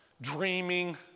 dreaming